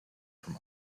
from